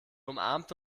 umarmte